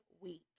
week